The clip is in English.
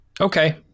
Okay